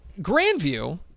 Grandview